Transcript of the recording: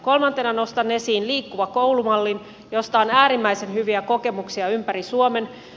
kolmantena nostan esiin liikkuva koulu mallin josta on äärimmäisen hyviä kokemuksia ympäri suomen